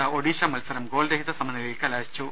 ത്ത ഒഡീഷ മത്സരം ഗോൾ രഹിത സമനിലയിൽ കലാശിച്ചു